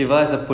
okay